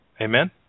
Amen